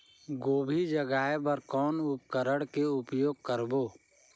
गोभी जगाय बर कौन उपकरण के उपयोग करबो?